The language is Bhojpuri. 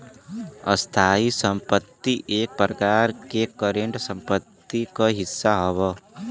स्थायी संपत्ति एक प्रकार से करंट संपत्ति क ही हिस्सा हौ